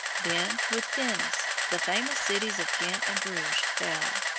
then, with venice, the famous cities of ghent and bruges fell.